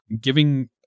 giving